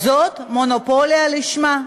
זה מונופול לשמו.